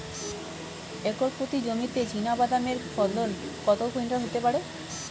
Acre প্রতি জমিতে চীনাবাদাম এর ফলন কত কুইন্টাল হতে পারে?